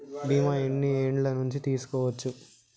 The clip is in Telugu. బీమా ఎన్ని ఏండ్ల నుండి తీసుకోవచ్చు?